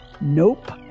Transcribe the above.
Nope